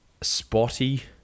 spotty